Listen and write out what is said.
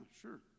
sure